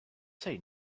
say